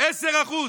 10%?